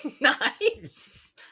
nice